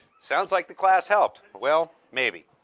sounds like the class helped. well, maybe.